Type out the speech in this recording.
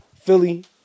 Philly